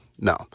no